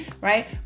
Right